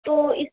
तो इस